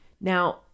Now